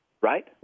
right